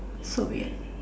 so weird